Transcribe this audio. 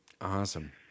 Awesome